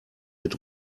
mit